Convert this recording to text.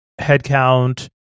headcount